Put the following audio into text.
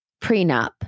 prenup